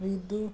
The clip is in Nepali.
रिब्दु